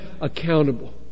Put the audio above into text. accountable